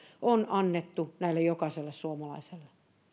on annettu jokaiselle suomalaiselle